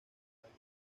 valle